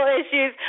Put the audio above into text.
issues